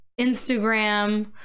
Instagram